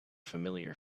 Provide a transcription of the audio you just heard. familiar